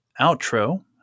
outro